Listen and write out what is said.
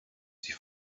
die